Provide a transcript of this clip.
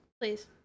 Please